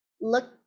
look